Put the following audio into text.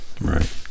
Right